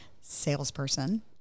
salesperson